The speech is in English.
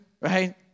right